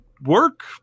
work